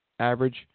Average